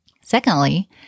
Secondly